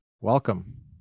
welcome